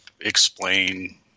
explain